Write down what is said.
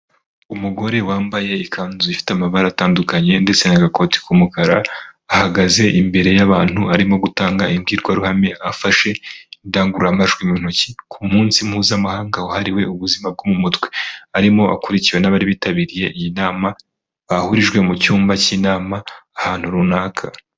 Umugore wambaye ikanzu ifite amabara atandukanye ndetse n'agakoti k'umukara, ahagaze imbere y'abantu arimo gutanga imbwirwaruhame afashe indangururamajwi mu ntoki ku munsi mpuzamahanga wahariwe ubuzima bwo mu mutwe, arimo akurikiwe abari bitabiriye iyi nama bahurijwe mu cyumba cy'inama ahantu runaka.